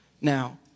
now